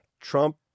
Trump